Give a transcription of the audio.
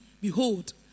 behold